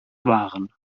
waren